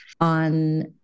on